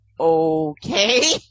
okay